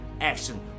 action